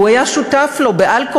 שהוא היה שותף לו בעל-כורחו,